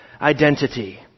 identity